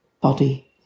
body